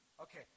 Okay